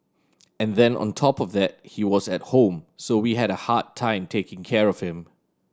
and then on top of that he was at home so we had a hard time taking care of him